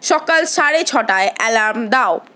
সকাল সাড়ে ছটায় অ্যালার্ম দাও